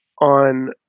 on